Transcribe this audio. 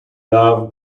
love